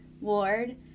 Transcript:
Ward